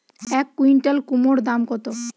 এক কুইন্টাল কুমোড় দাম কত?